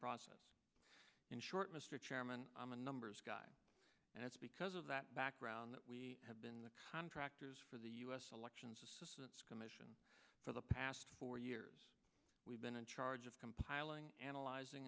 process in short mr chairman i'm a numbers guy and it's because of that background that we have been the contractors for the u s elections commission for the past four years we've been in charge of compiling analyzing